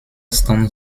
stand